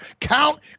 count